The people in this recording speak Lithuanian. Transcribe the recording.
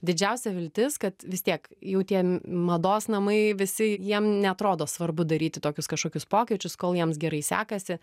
didžiausia viltis kad vis tiek jau tie mados namai visi jiem neatrodo svarbu daryti tokius kažkokius pokyčius kol jiems gerai sekasi